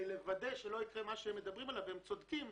הם צודקים,